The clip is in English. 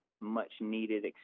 much-needed